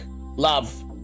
love